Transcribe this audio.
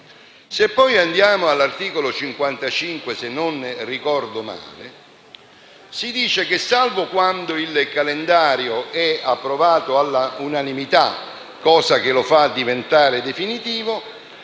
Inoltre, all'articolo 55, se non ricordo male, si dice che, salvo quando il calendario è approvato all'unanimità, cosa che lo fa diventare definitivo,